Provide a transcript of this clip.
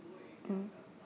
mm